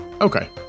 Okay